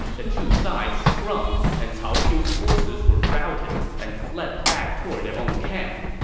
the two sides scrummed, and cao xiu's forces were routed and fled back toward their own camp.